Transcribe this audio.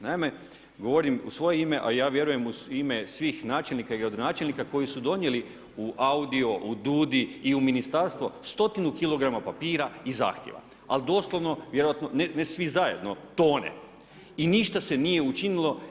Naime, govorim u svoje ime, a vjerujem i u ime svih načelnika i gradonačelnika koji su donijeli u AUDIO u DUDDI i u ministarstvo stotinu kilograma papira i zahtjeva, ali doslovno vjerojatno ne svi zajedno tone i ništa se nije učinilo.